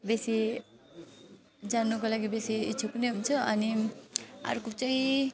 बेसी जान्नुको लागि बेसी इच्छुक पनि हुन्छ अनि अर्को चाहिँ